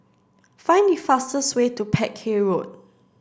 find the fastest way to Peck Hay Road